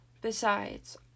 Besides